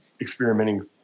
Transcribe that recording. experimenting